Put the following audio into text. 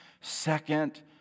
second